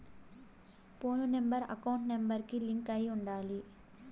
పోను number account number కి link అయ్యి ఉండాలి